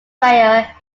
prayer